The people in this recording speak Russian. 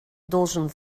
должен